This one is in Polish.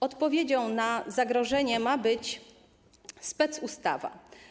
Odpowiedzią na zagrożenie ma być specustawa.